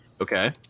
Okay